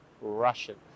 Russian